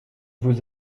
vous